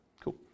Cool